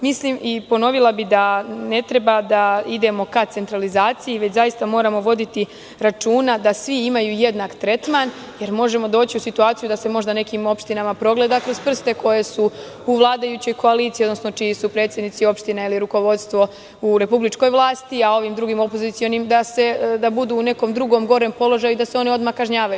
Mislim i ponovila bih da ne treba da idemo ka centralizaciji, već zaista moramo voditi računa da svi imaju jednak tretman jer možemo doći u situaciju da se možda nekim opštinama progleda kroz prste, koje su u vladajućoj koaliciji, odnosno čiji su predsednici opština ili rukovodstvo u republičkoj vlasti, a ovim drugim, opozicionim, da budu u nekom drugom, gorem položaju i da se oni odmah kažnjavaju.